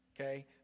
Okay